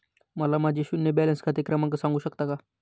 मला माझे शून्य बॅलन्स खाते क्रमांक सांगू शकता का?